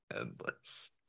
endless